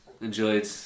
enjoyed